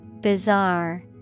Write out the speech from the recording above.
Bizarre